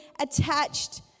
attached